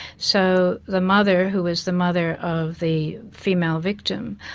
so the mother, who was the mother of the female victim,